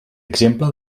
exemple